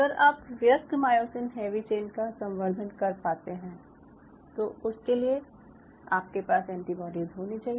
अगर आप व्यस्क मायोसिन हैवी चेन का संवर्धन कर पाते हैं तो उसके लिए आपके पास एंटीबाडीज होनी चाहिए